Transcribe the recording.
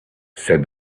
said